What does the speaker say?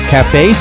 Cafe